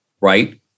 right